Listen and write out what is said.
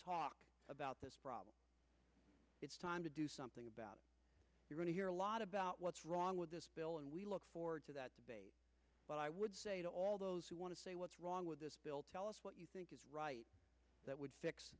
talk about this problem it's time to do something about you want to hear a lot about what's wrong with this bill and we look forward to that but i would say to all those who want to say what's wrong with this bill tell us what you think is right that would fix